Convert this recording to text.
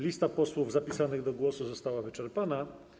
Lista posłów zapisanych do głosu została wyczerpana.